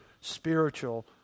spiritual